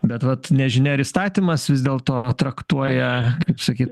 bet vat nežinia ar įstatymas vis dėlto traktuoja kaip sakyt